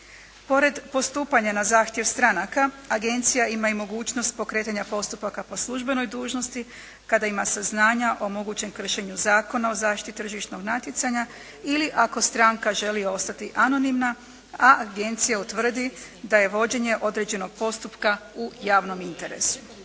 Pored postupanja na zahtjev stranaka Agencija ima i mogućnost pokretanja postupaka po službenoj dužnosti, kada ima saznanja o mogućem kršenju Zakona o zaštiti tržišnog natjecanja ili ako stranka želi ostati anonimna, a Agencija utvrdi da je vođenje određenog postupka u javnom interesu.